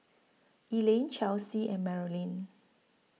Elaine Chelsey and Marolyn